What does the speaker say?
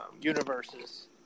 universes